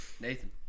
Nathan